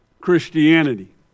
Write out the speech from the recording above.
Christianity